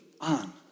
on